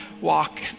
walk